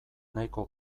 nahiko